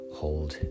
hold